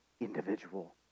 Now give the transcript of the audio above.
individual